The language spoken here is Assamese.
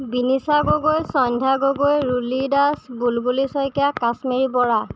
বিনিশা গগৈ সন্ধ্যা গগৈ ৰুলি দাস বুল্বুলি শইকীয়া কাশ্মিৰী বৰা